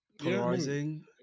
Polarizing